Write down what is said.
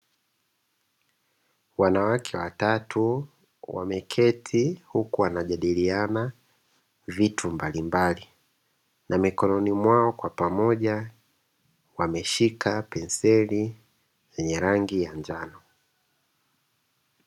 Wanawake watatu wameketi huku wanajadiliana vitu mbalimbali na mikononi mwao kwa pamoja wameshika penseli zenye rangi ya njano.